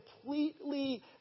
completely